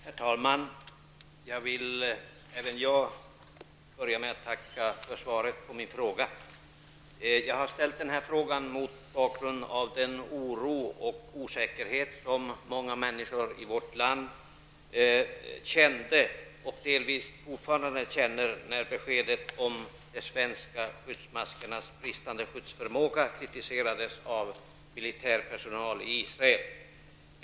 Herr talman! Även jag vill börja med att tacka för svaret på frågan. Jag har ställt frågan mot bakgrund av den oro och osäkerhet som många människor i vårt land kände, och delvis fortfarande känner, när det gäller beskedet om att de svenska skyddsmaskernas brist på skyddsförmåga kritiserades av militär personal i Israel.